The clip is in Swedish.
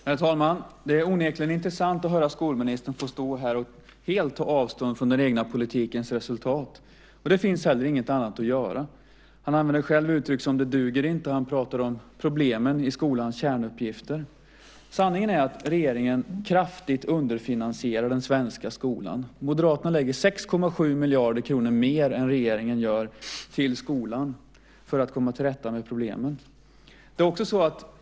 Herr talman! Det är onekligen intressant att höra skolministern stå här och helt ta avstånd från den egna politikens resultat. Det finns inte heller någonting annat att göra. Han använder själv uttryck som "det duger inte", och han talar om problemen i skolans kärnuppgifter. Sanningen är att regeringen kraftigt underfinansierar den svenska skolan. Moderaterna föreslår 6,7 miljarder kronor mer än regeringen till skolan för att komma till rätta med problemen.